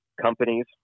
companies